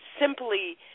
simply